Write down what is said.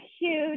huge